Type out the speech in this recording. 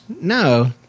No